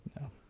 No